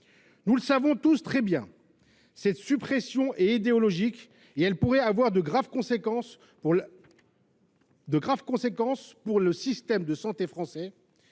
Nous le savons tous très bien : cette suppression est idéologique et elle pourrait avoir de graves conséquences pour le système de santé français.